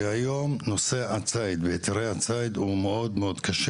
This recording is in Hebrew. היום נושא הציד והיתרי הציד הוא מאוד קשה.